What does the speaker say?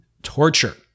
torture